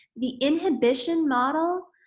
the inhibition model